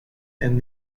and